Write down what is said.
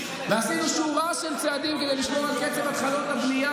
ועשינו שורה של צעדים כדי לשמור על קצב התחלות הבנייה,